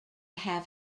have